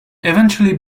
eventually